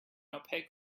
opaque